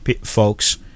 folks